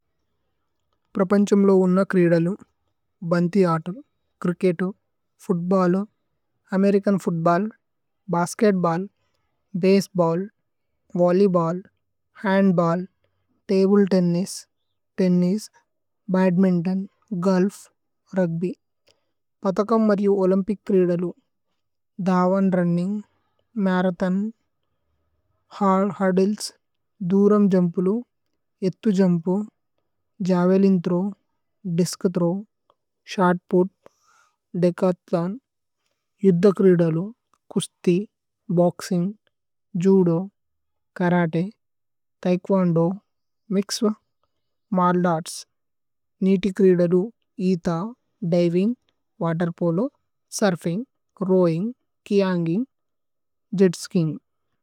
പ്രപന്ഛമ് ലോ ഉന്ന ക്രീദലു ഭന്തി ആതലു। Cricket football American football basketball baseball volleyball handball table. Tennis tennis badminton golf rugby പഥക। മര്യു ഓല്യ്മ്പിച് ക്രീദലു ധവന് രുന്നിന്ഗ് മരഥോന്। ഹുര്ദ്ലേസ് ദൂരമ് ജുമ്പുലു ഏത്ഥു। Jump javelin throw discus throw shot put. Decathlon യുദ്ധ ക്രീദലു കുശ്തി boxing. Judo karate taekwondo mixed martial arts നീതി। ക്രീദലു ഈഥ diving water polo surfing. Rowing kayaking jet skiing.